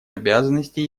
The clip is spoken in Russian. обязанностей